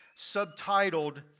subtitled